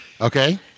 Okay